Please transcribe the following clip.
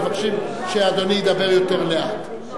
הם מבקשים שאדוני ידבר יותר לאט.